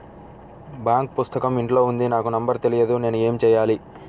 Bank పుస్తకం ఇంట్లో ఉంది నాకు నంబర్ తెలియదు నేను ఏమి చెయ్యాలి?